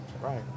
Right